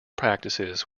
practices